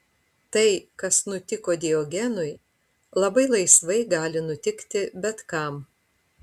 tai kas nutiko diogenui labai laisvai gali nutikti bet kam